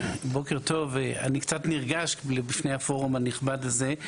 בוקר טוב, אני קצת נרגש בפני הפורום הנכבד הזה.